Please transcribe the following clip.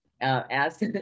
ask